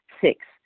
Six